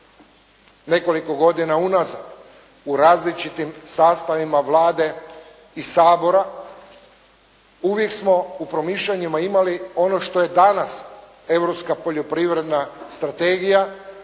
nekoliko godina unazad u različitim sastavima Vlade i Sabora, uvijek smo u promišljanjima imali ono što je danas Europska poljoprivredna strategija,